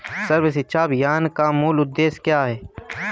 सर्व शिक्षा अभियान का मूल उद्देश्य क्या है?